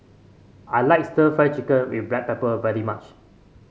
I like stir Fry Chicken with Black Pepper very much